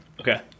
okay